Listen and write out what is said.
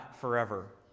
forever